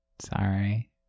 Sorry